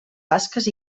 basques